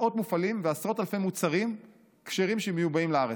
מאות מפעלים ועשרות אלפי מוצרים כשרים שמיובאים לארץ,